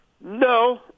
No